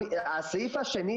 הסעיף השני